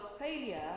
failure